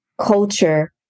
culture